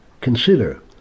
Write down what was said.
Consider